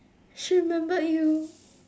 she remembered you